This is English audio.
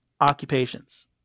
occupations